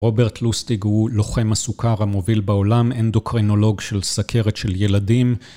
רוברט לוסטיג הוא לוחם הסוכר המוביל בעולם, אנדוקרינולוג של סכרת של ילדים.